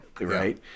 right